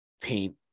paint